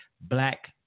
black